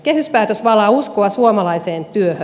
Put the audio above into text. kehyspäätös valaa uskoa suomalaiseen työhön